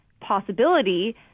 possibility